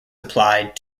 applied